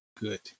good